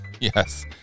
Yes